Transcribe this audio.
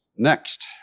Next